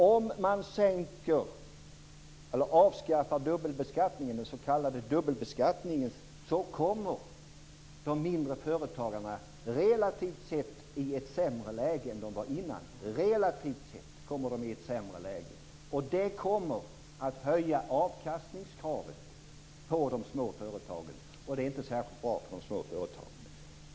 Om man sänker eller avskaffar den s.k. dubbelbeskattningen kommer de mindre företagarna relativt sett i ett sämre läge än de var i innan. Det kommer att höja avkastningskravet på de små företagen, och det är inte särskilt bra för dem.